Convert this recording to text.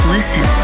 Listen